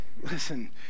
listen